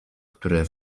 które